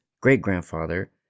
great-grandfather